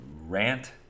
rant